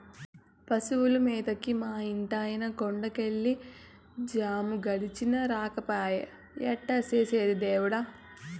పశువుల మేతకి మా ఇంటాయన కొండ కెళ్ళి జాము గడిచినా రాకపాయె ఎట్టా చేసేది దేవుడా